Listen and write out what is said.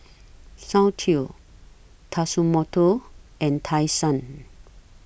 Soundteoh Tatsumoto and Tai Sun